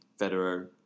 Federer